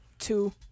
two